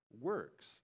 works